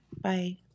Bye